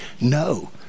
No